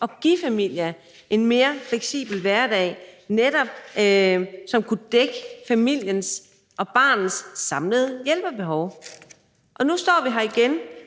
at give familierne en mere fleksibel hverdag, så det kunne dække familiens og barnets samlede hjælpebehov. Og nu står vi her igen,